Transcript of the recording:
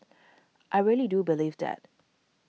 I really do believe that